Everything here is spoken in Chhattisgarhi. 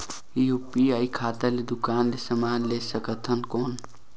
यू.पी.आई खाता ले दुकान ले समान ले सकथन कौन?